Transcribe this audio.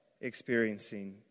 experiencing